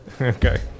Okay